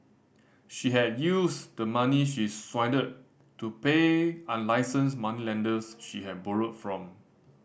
she had used the money she swindled to pay unlicensed moneylenders she had borrowed from